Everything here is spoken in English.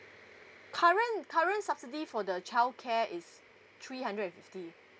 current current subsidy for the child care is three hundred and fifty